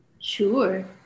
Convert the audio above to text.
Sure